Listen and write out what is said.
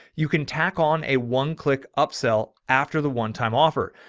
you can tack on a one click upsell after the one time offer.